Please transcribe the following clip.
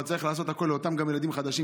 אבל צריך לעשות הכול עבור אותם ילדים חדשים,